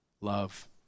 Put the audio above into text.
Love